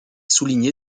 souligné